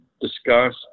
discuss